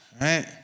Right